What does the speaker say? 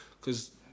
cause